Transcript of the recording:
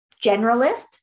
generalist